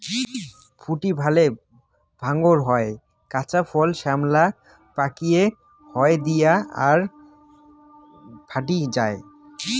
ফুটি ভালে ডাঙর হয়, কাঁচা ফল শ্যামলা, পাকিলে হলদিয়া হয় আর ফাটি যায়